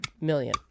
million